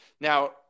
Now